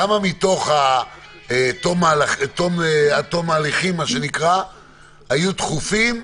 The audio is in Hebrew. כמה מתוך עד תום ההליכים היו דחופים?